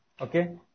Okay